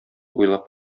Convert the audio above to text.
уйлап